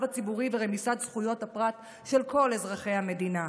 הציבורי ורמיסת זכויות הפרט של כל אזרחי המדינה.